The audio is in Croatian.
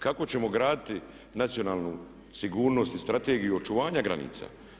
Kako ćemo graditi nacionalnu sigurnost i strategiju očuvanja granica?